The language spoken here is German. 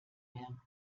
mehr